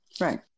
Right